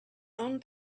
own